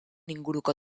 inguruko